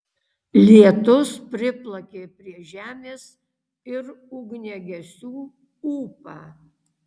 lietūs priplakė prie žemės ir ugniagesių ūpą